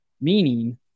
meaning